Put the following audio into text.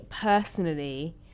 personally